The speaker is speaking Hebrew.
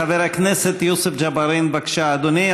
חבר הכנסת יוסף ג'בארין, בבקשה, אדוני.